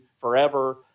forever